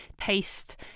taste